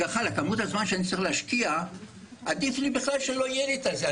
כך שעדיף לי שלא יהיה את הדבר הזה בכלל.